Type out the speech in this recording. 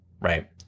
Right